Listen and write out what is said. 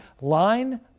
line